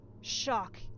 Shock